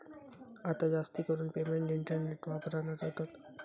आता जास्तीकरून payment internet वापरानच होतत